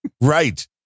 Right